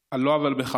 על לא עוול בכפן.